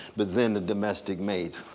but then the domestic maids.